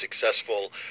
successful